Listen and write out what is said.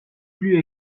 plus